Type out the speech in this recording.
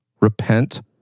Repent